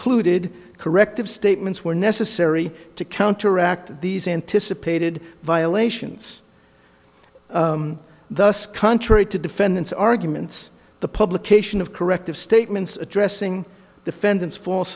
ed corrective statements were necessary to counteract these anticipated violations thus contrary to defendant's arguments the publication of corrective statements addressing defendants false